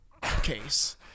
case